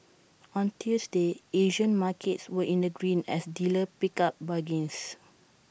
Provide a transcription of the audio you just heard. on Tuesday Asian markets were in the green as dealers picked up bargains